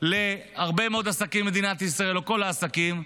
להרבה מאוד עסקים במדינת ישראל, או לכל העסקים.